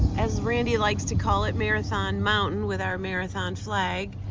as randy likes to call it, marathon mountain with our marathon flag,